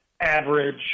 average